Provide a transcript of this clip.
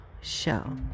Show